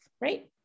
right